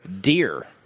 Deer